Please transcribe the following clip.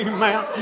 Amen